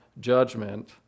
judgment